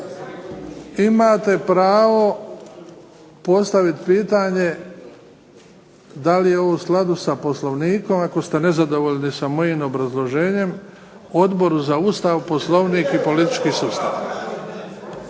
Imate pravo postaviti pitanje da li je ovo u skladu sa Poslovnikom ako ste nezadovoljni sa obrazloženjem Odboru za Ustav, Poslovnik i politički sustav.